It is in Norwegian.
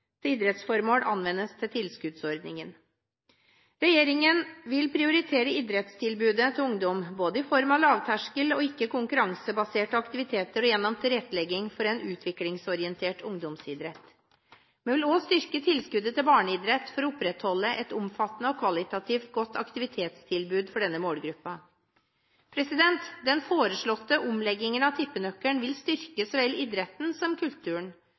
til idrettsformål anvendes til tilskuddsordningen. Regjeringen vil prioritere idrettstilbudet til ungdom både i form av lavterskelbaserte og ikke-konkurransebaserte aktiviteter og gjennom tilrettelegging for en utviklingsorientert ungdomsidrett. Vi vil også styrke tilskuddet til barneidrett for å opprettholde et omfattende og kvalitativt godt aktivitetstilbud for denne målgruppen. Den foreslåtte omleggingen av tippenøkkelen vil styrke så vel idretten som kulturen.